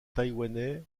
taïwanais